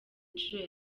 inshuro